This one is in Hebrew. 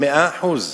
מאה אחוז,